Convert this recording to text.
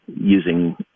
using